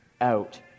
out